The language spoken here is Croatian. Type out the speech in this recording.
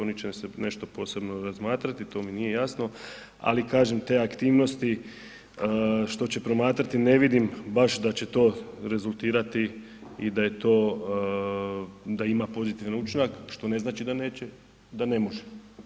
Oni će se nešto posebno razmatrati, to mi nije jasno, ali kažem te aktivnosti što će promatrati ne vidim baš da će to rezultirati i da to ima pozitivan učinak, što ne znači da neće, da ne može.